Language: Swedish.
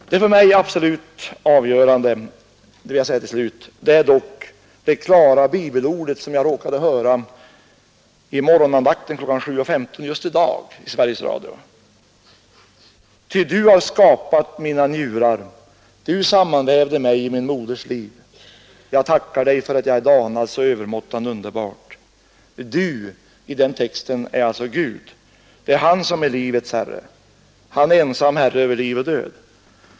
Jag vill till slut säga att det för mig helt avgörande är det klara bibelord som jag råkade höra just i dag under morgonandakten kl. 7.15 i Sveriges Radio: ”Ty du har skapat mina njurar. Du sammanvävde mig i min moders liv. Jag tackar dig för att jag är danad så övermåttan underbart — 3 — ”Du” i denna text är alltså Gud. Det är han som är livets herre, inte vi! Han är ensam herre över liv och död.